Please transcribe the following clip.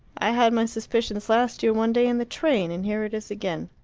i had my suspicions last year one day in the train and here it is again.